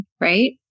right